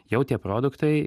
jau tie produktai